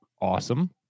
awesome